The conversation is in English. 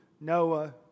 Noah